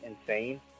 insane